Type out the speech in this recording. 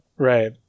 Right